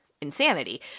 insanity